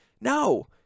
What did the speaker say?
No